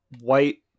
white